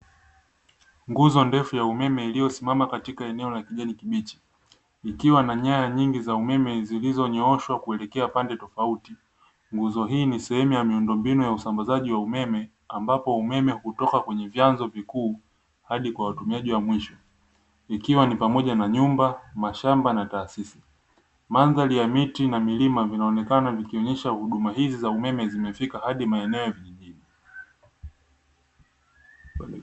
Nguzo ndefu ya umeme iliyosimama katika eneo la kijani kibichi, ikiwa na nyaya nyingi za umeme zilizonyooshwa kuelekea pande tofauti. Nguzo hii ni sehemu ya miundombinu ya usambanzaji wa umeme ambapo umeme hutoka kwenye vyanzo vikuu hadi kwa watumiaji wa mwisho ikiwa ni pamoja na nyumba, mashamba na taasisi. Mandhari ya miti na milima vinaaonekana vikionyesha huduma hizi za umeme zimefika hadi maeneo ya vijijini.